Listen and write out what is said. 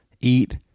eat